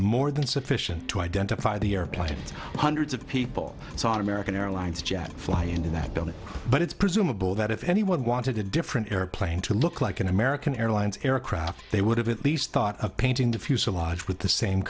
more than sufficient to identify the airplanes hundreds of people saw an american airlines jet fly into that building but it's presumable that if anyone wanted a different airplane to look like an american airlines aircraft they would have at least thought of painting the fuselage with the same